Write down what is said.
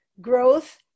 growth